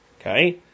Okay